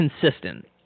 consistent